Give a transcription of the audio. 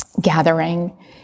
gathering